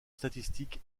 statistique